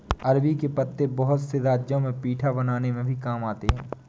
अरबी के पत्ते बहुत से राज्यों में पीठा बनाने में भी काम आते हैं